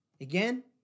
Again